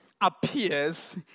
appears